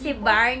he bought